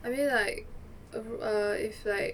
I mean like err if like